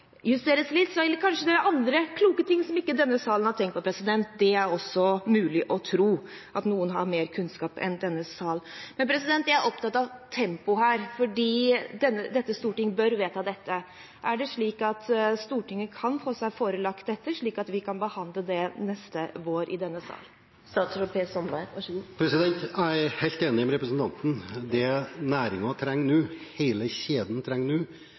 justeres litt eller kanskje andre, kloke ting som denne salen ikke har tenkt på. Det er også mulig å tro at noen har mer kunnskap enn denne salen. Jeg er opptatt av tempoet her, for dette stortinget bør vedta dette. Kan Stortinget få seg forelagt dette slik at vi kan behandle det neste vår i denne salen? Jeg er helt enig med representanten Hjemdal: Det som næringen og hele kjeden trenger nå,